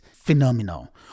phenomenal